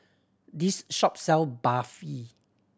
this shop sell Barfi